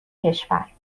کشور